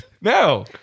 No